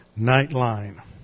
Nightline